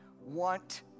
want